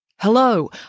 Hello